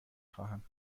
خواهم